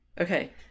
Okay